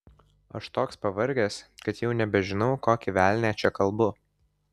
aš toks pavargęs kad jau nebežinau kokį velnią čia kalbu